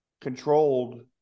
controlled